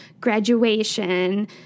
Graduation